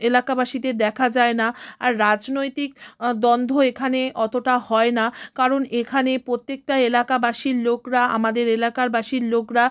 এলাকাবাসীদের দেখা যায় না আর রাজনৈতিক দ্বন্দ্ব এখানে অতটা হয় না কারণ এখানে প্রত্যেকটা এলাকাবাসীর লোকরা আমাদের এলাকারবাসীর লোকরা